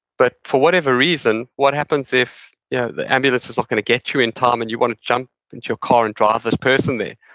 but for whatever reason, what happens if yeah the ambulance is not going to get you in time and you want to jump into your car and drive this person there?